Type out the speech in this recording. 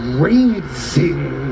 raising